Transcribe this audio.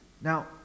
Now